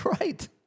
Right